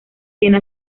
tiene